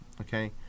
okay